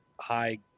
high